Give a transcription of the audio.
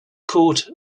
court